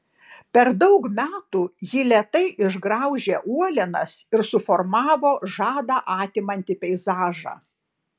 per daug metų ji lėtai išgraužė uolienas ir suformavo žadą atimantį peizažą